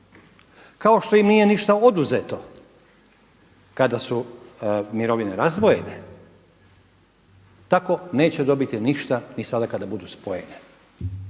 Kao što im nije ništa oduzeto kada su mirovine razdvojene, tako neće dobiti ništa ni sada kad budu spojene.